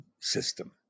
system